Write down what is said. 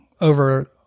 over